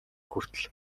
хүртэл